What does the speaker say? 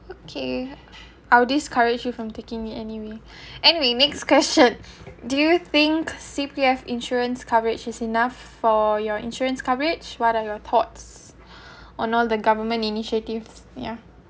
okay I'll discourage you from taking it anyway anyway next question do you think C_P_F insurance coverage is enough for your insurance coverage what are your thoughts on all the government initiatives yeah